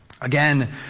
Again